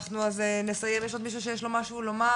אנחנו נסיים, יש עוד מישהו שיש לו עוד משהו לומר?